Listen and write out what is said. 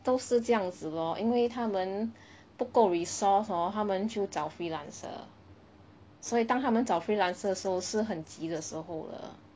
都是这样子咯因为他们不夠 resource hor 他们就找 freelancer 所以当他们找 freelancer 的时候是很急的时候了